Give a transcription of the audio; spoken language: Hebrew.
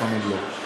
לפעמים לא.